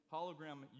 Hologram